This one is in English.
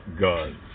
guns